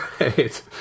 right